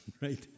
right